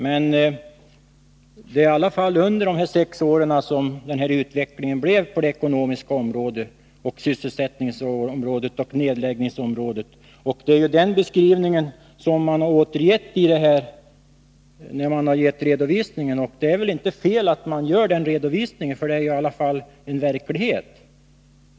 Men det var i alla fall under de sex borgerliga åren som utvecklingen på det ekonomiska området, på sysselsättningsoch nedläggningsområdet blev sådan som den beskrivits i den här redovisningen. Det är väl inte fel att man gör denna redovisning — den speglar ju verkligheten.